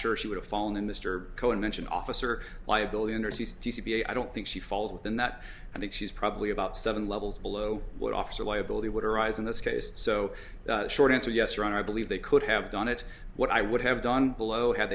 sure she would have fallen and mr cohen mentioned officer liability and i don't think she falls within that i think she's probably about seven levels below what officer liability would arise in this case so short answer yes ron i believe they could have done it what i would have done below ha